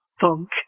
Funk